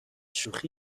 شوخی